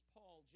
Paul